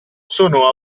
sono